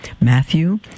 Matthew